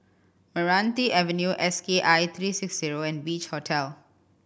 Meranti Avenue S K I three six zero and Beach Hotel